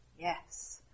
Yes